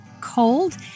Cold